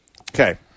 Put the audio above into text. Okay